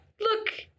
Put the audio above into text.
look